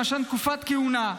למשל תקופת כהונה,